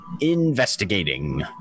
investigating